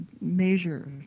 measure